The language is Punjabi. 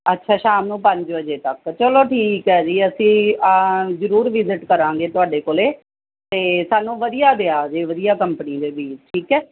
ਅੱਛਾ ਸ਼ਾਮ ਨੂੰ ਪੰਜ ਵਜੇ ਤੱਕ ਚੱਲੋ ਠੀਕ ਹੈ ਜੀ ਅਸੀਂ ਜ਼ਰੂਰ ਵਿਜਿਟ ਕਰਾਂਗੇ ਤੁਹਾਡੇ ਕੋਲ ਅਤੇ ਸਾਨੂੰ ਵਧੀਆ ਦਿਆ ਜੇ ਵਧੀਆ ਕੰਪਨੀ ਦੇ ਬੀਜ਼ ਠੀਕ ਹੈ